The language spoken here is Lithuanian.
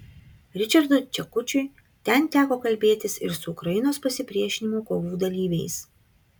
ričardui čekučiui ten teko kalbėtis ir su ukrainos pasipriešinimo kovų dalyviais